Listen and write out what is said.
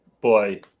Boy